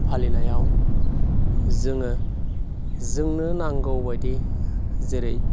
फालिनायाव जोङो जोंनो नांगौ बायदि जेरै